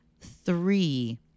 three